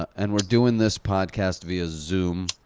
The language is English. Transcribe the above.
and we're doing this podcast via zoom.